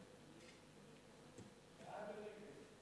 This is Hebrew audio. סעיף 1